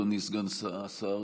אדוני סגן השר,